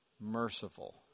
Merciful